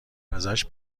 ازش